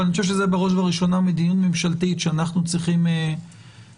אבל אני חושב שזה בראש ובראשונה מדיניות ממשלתית שאנחנו צריכים לשמוע.